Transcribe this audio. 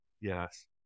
yes